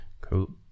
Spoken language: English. cool